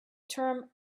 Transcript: term